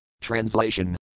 Translation